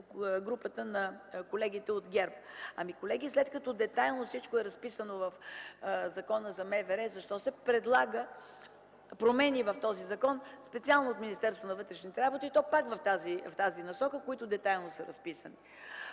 групата на колегите от ГЕРБ. Ами, колеги, след като детайлно всичко е разписано в Закона за Министерството на вътрешните работи, защо се предлагат промени в този закон специално от Министерството на вътрешните работи, и то пак в тази насока, които детайлно са разписани?!